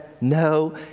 No